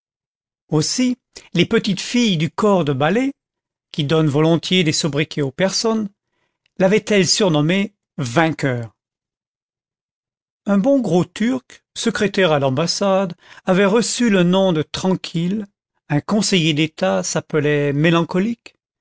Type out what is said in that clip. aussi les petites filles du corps de ballet qui donnent volontiers des sobriquets aux personnes lavaient elles surnommé vainqueur un bon gros turc secrétaire l'ambassade avait reçu le nom de tranquille un conseiller d'état s'appelait mélancolique